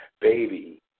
Baby